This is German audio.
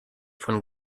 von